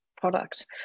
product